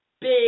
big